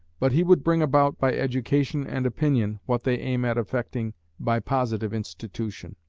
but he would bring about by education and opinion, what they aim at effecting by positive institution.